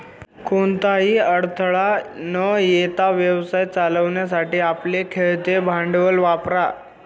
कोणताही अडथळा न येता व्यवसाय चालवण्यासाठी आपले खेळते भांडवल वापरा